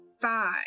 five